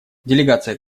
делегация